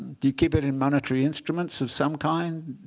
do you keep it in monetary instruments of some kind,